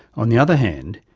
on the other hand,